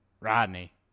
Rodney